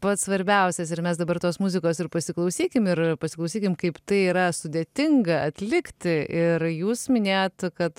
pats svarbiausias ir mes dabar tos muzikos ir pasiklausykim ir pasiklausykim kaip tai yra sudėtinga atlikti ir jūs minėjot kad